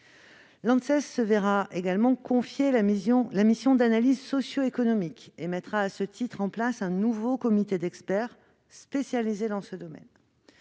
L'Anses se verra également confier la mission d'analyse socio-économique et mettra en place, à ce titre, un nouveau comité d'experts spécialisés dans ce domaine.